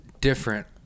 different